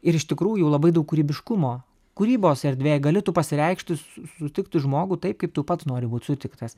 ir iš tikrųjų labai daug kūrybiškumo kūrybos erdvė gali tu pasireikšti su sutikti žmogų taip kaip tu pats nori būt sutiktas